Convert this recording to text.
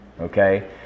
okay